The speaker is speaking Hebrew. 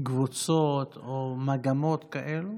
קבוצות או מגמות כאלה?